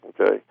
Okay